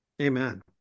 Amen